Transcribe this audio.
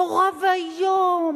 נורא ואיום,